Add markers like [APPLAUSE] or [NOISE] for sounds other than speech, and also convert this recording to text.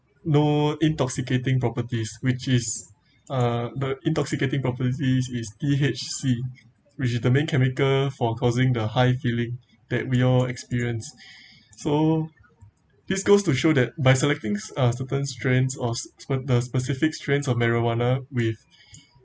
no intoxicating properties which is uh the intoxicating properties is T_H_C which is the main chemical for causing the high feeling that we all experience [BREATH] so this goes to show that by selecting uh certain strains or spe~ the specific strains of marijuana with